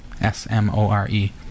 S-M-O-R-E